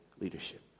leadership